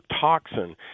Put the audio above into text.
toxin